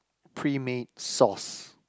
pre made sauce